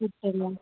കിട്ടില്ല